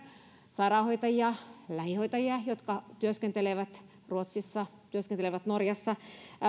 sairaanhoitajia lähihoitajia jotka työskentelevät ruotsissa työskentelevät norjassa